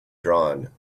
drawn